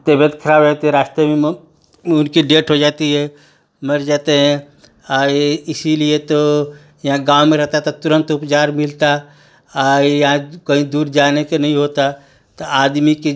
तबियत खराब रहती है रास्ते में उनकी डेथ हो जाती है मर जाते हैं ए इसीलिए तो यहाँ गाँव में रहता तो तुरंत उपजार मिलता यहाँ कहीं दूर जाने के नहीं होता त आदमी कि